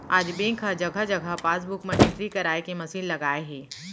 आज बेंक ह जघा जघा पासबूक म एंटरी कराए के मसीन लगाए हे